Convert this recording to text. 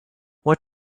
what